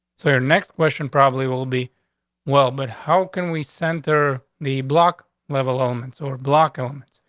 so your next question probably will be well. but how can we center the block level moments or block helmets?